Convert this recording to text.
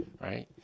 right